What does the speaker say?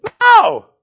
No